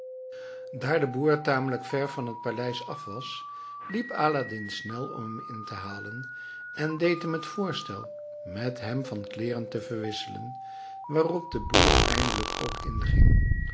daar de boer tamelijk ver van het paleis af was liep aladdin snel om hem in te halen en deed hem het voorstel met hem van kleeren te verwisselen waarop de boer eindelijk ook inging